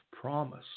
promise